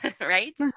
right